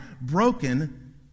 broken